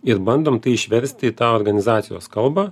ir bandom tai išversti į tą organizacijos kalbą